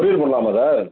courier பண்ணலாமா sir